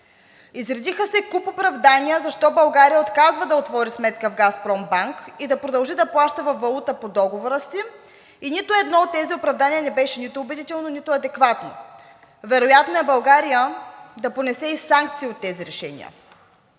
Изредиха се куп оправдания защо България отказва да отвори сметка в „Газпромбанк“ и да продължи да плаща във валутата по договора си. Нито едно от тези оправдания не беше нито убедително, нито адекватно. Вероятно е България да понесе и санкции от тези решения.